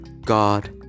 God